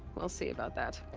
we'll see about that.